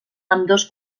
ambdós